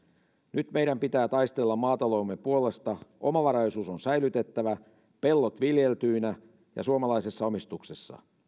nyt meidän pitää taistella maataloutemme puolesta omavaraisuus on säilytettävä pellot viljeltyinä ja suomalaisessa omistuksessa